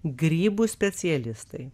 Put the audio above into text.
grybų specialistai